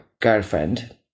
girlfriend